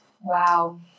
Wow